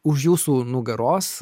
už jūsų nugaros